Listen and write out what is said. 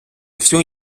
всю